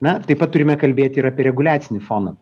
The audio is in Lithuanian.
na taip pat turime kalbėti ir apie reguliacinį foną